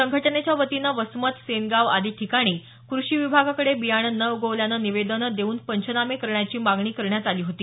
संघटनेच्या वतीनं वसमत सेनगाव आदी ठिकाणी कृषी विभागाकडे बियाणं न उगवल्यानं निवेदनं देऊन पंचनामे करण्याची मागणी करण्यात आली होती